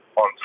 on